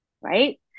right